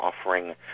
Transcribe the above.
offering